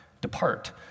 depart